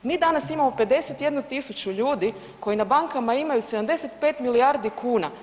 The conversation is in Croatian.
Mi danas imamo 51 tisuću ljudi koji na bankama imaju 75 milijardi kuna.